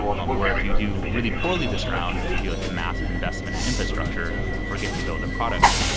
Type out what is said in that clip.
um where if you do really poorly this round because you do like a massive investment in infrastructure, forget to build the product,